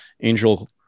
angel